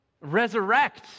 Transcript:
Resurrect